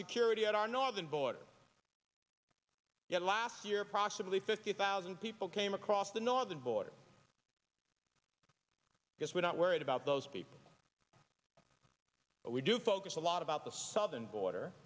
security at our northern border yet last year approximately fifty thousand bill came across the northern border because we're not worried about those people but we do focus a lot about the southern border